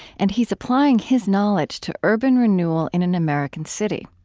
and he's applying his knowledge to urban renewal in an american city.